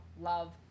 love